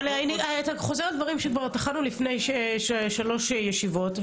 אבל אתה חוזר על דברים שכבר טחנו לפני שלוש ישיבות.